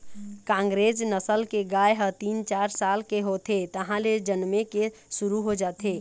कांकरेज नसल के गाय ह तीन, चार साल के होथे तहाँले जनमे के शुरू हो जाथे